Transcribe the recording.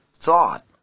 thought